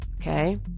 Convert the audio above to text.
Okay